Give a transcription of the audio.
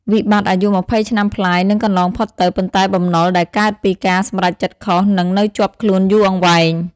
វិបត្តិអាយុ២០ឆ្នាំប្លាយនឹងកន្លងផុតទៅ ប៉ុន្តែបំណុលដែលកើតពីការសម្រេចចិត្តខុស នឹងនៅជាប់ខ្លួនយូរអង្វែង។